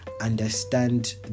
understand